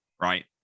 right